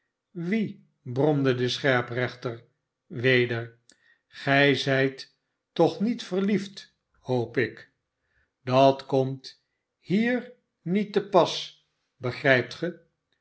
wie bromde de scherprechter weder gij zijt toch niet verliefd hoop ik dat komt hier niet te pas begrijpt ge